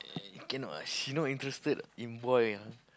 eh cannot she not interested in boy ah